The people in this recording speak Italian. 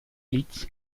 liszt